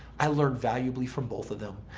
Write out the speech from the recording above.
i learned valuably from both of them.